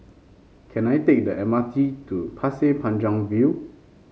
can I take the M R T to Pasir Panjang View